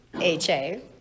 HA